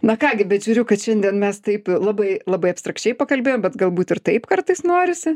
na ką gi bet žiūriu kad šiandien mes taip labai labai abstrakčiai pakalbėjom bet galbūt ir taip kartais norisi